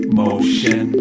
motion